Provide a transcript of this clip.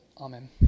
Amen